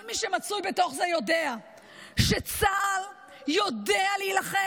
כל מי שמצוי בתוך זה יודע שצה"ל יודע להילחם,